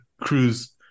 cruise